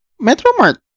Metromart